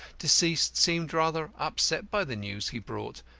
deceased seemed rather upset by the news he brought,